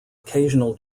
occasional